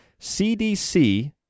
CDC